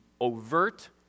overt